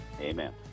Amen